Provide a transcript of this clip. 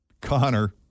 Connor